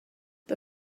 the